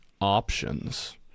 options